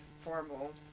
formal